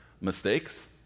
mistakes